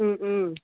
మ్మ్ మ్మ్